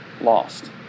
lost